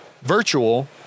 virtual